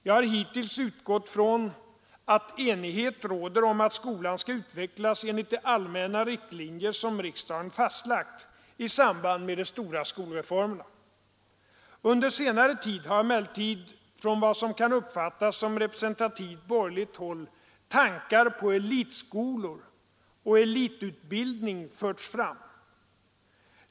Jag har hittills utgått från att enighet rått om att skolan skall utvecklas enligt de allmänna riktlinjer som riksdagen fastlagt i samband med de stora skolreformerna. Under senare tid har emellertid från vad som kan uppfattas som representativt borgerligt håll tankar på elitskolor och elitutbildning förts fram.